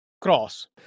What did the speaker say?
cross